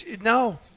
no